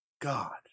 God